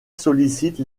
sollicite